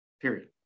period